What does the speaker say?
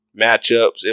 matchups